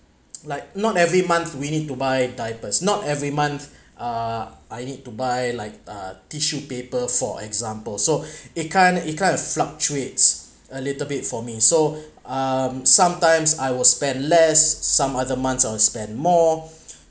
like not every month we need to buy diapers not every month uh I need to buy like uh tissue paper for example so it kind it kind of fluctuates a little bit for me so um sometimes I will spend less some other months I'll spend more